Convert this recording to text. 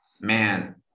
man